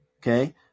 okay